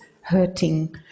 hurting